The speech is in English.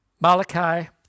Malachi